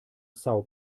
são